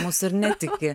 mūsų ir netiki